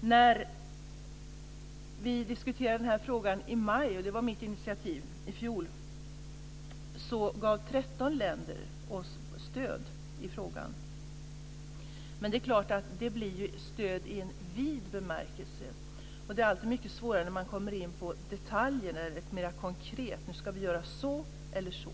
När vi diskuterade den här frågan i maj i fjol, och det var mitt initiativ, gav 13 länder oss stöd i frågan. Men det är klart att det blir ett stöd i vid bemärkelse. Det är alltid mycket svårare när man kommer in på detaljer, när det blir mer konkret: Nu ska vi göra så eller så,